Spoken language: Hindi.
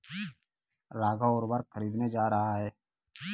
राघव उर्वरक खरीदने जा रहा है